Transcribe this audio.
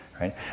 right